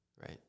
right